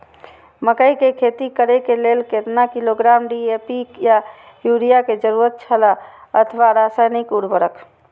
मकैय के खेती करे के लेल केतना किलोग्राम डी.ए.पी या युरिया के जरूरत छला अथवा रसायनिक उर्वरक?